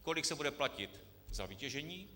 Kolik se bude platit za vytěžení?